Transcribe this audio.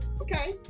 okay